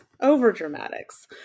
over-dramatics